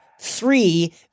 three